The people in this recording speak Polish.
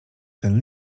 ten